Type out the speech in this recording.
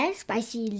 spicy